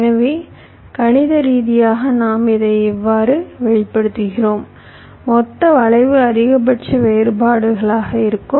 எனவே கணித ரீதியாக நாம் இதை இவ்வாறு வெளிப்படுத்துகிறோம் மொத்த வளைவு அதிகபட்ச வேறுபாடுகளாக இருக்கும்